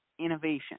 innovation